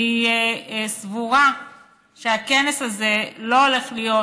אני סבורה שהכנס הזה לא הולך להיות